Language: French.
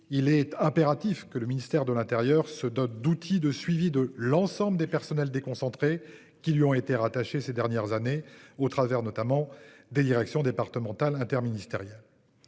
il est impératif que le ministère de l'Intérieur se dote d'outils de suivi de l'ensemble des personnels déconcentrée. Qui lui ont été rattacher ces dernières années au travers notamment des directions départementales interministérielles.